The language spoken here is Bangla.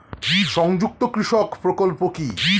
সংযুক্ত কৃষক প্রকল্প কি?